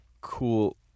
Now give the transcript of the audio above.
cool